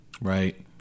right